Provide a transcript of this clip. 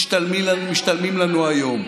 משתלמים לנו היום.